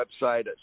website